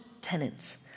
tenants